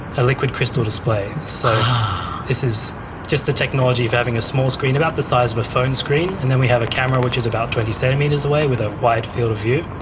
a liquid crystal display, so this is just a technology for having a small screen, about the size of a phone screen, and then we have a camera which is about twenty centimetres away with a wide field of view,